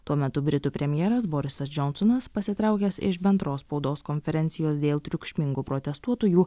tuo metu britų premjeras borisas džonsonas pasitraukęs iš bendros spaudos konferencijos dėl triukšmingų protestuotojų